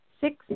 six